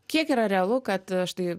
kiek yra realu kad štai